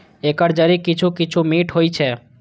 एकर जड़ि किछु किछु मीठ होइ छै